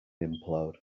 implode